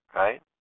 right